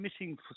missing